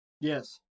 yes